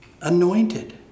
Anointed